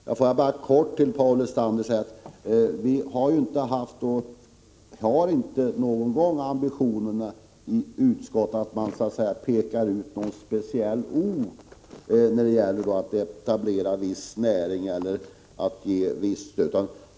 Herr talman! Jag vill kort säga till Paul Lestander: Vi har inte de ambitionerna i utskottet att peka ut någon speciell ort när det gäller att etablera viss näring eller ge visst stöd.